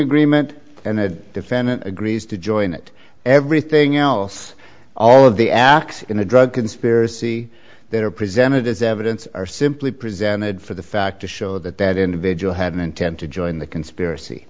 agreement and the defendant agrees to join it everything else all of the acts in the drug conspiracy that are presented as evidence are simply presented for the fact to show that that individual had an intent to join the conspiracy